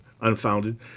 unfounded